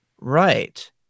Right